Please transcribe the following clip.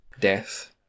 death